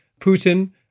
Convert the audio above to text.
Putin